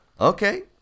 Okay